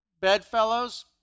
bedfellows